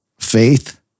faith